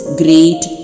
great